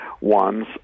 ones